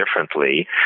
differently